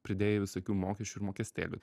pridėjai visokių mokesčių ir mokestėlių